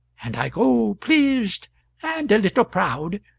and i go pleased and a little proud,